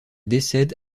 décède